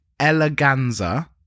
Eleganza